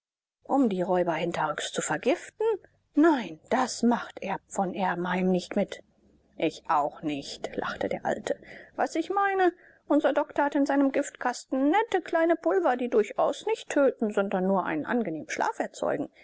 um die räuber hinterrücks zu vergiften nein das macht erb von erbenheim nicht mit ich auch nicht lachte der alte was ich meine unser doktor hat in seinem giftkasten nette kleine pulver die durchaus nicht töten sondern nur einen angenehmen schlaf erzeugen